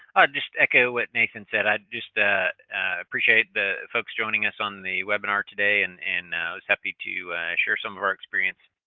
just echo what nathan said. i just appreciate the folks joining us on the webinar today, and i was happy to share some of our experience.